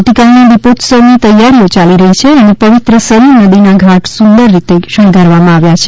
આવતીકાલના દીપોત્સવની તૈયારીઓ ચાલી રહી છે અને પવિત્ર સરયુ નદીના ઘાટ સુંદર રીતે શણગારવામાં આવ્યા છે